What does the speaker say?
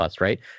right